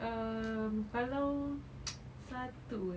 um kalau satu eh